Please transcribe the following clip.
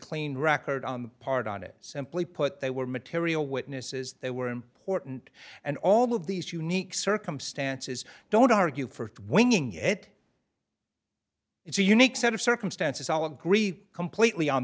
clean record on the part on it simply put they were material witnesses they were important and all of these unique circumstances don't argue for winging it it's a unique set of circumstances all agree completely on